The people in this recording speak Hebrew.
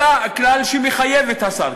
אלא כלל שמחייב את השר.